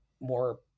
more